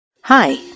Hi